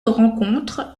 rencontre